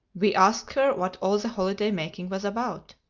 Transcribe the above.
we asked her what all the holiday-making was about.